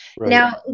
now